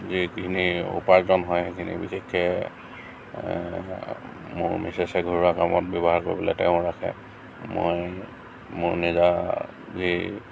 যিখিনি উপাৰ্জন হয় সেইখিনি বিশেষকে মোৰ মিচেছে ঘৰুৱা কামত ব্যৱহাৰ কৰিবলে তেওঁ ৰাখে মই মোৰ নিজা যি